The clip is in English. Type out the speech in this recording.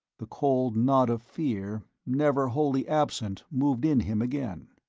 the cold knot of fear, never wholly absent, moved in him again.